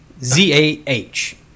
Z-A-H